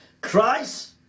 Christ